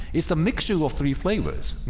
it's a mixture of three flavours.